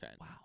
Wow